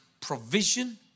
provision